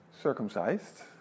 circumcised